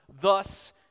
thus